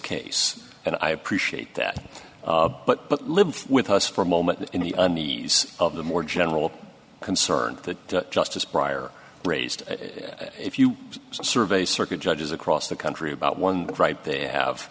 case and i appreciate that but but live with us for a moment of the more general concern that justice prior raised if you serve a circuit judges across the country about one right there have